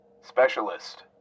Specialist